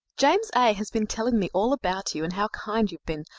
james a. has been telling me all about you and how kind you've been,